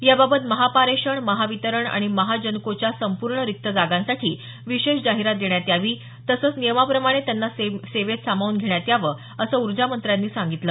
याबाबत महापारेषण महावितरण आणि महाजनकोच्या संपूर्ण रिक्त जागांसाठी विशेष जाहिरात देण्यात यावी तसंच नियमाप्रमाणे त्यांना सेवेत सामावून घेण्यात यावं असं ऊर्जामंत्र्यांनी सांगितलं